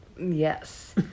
Yes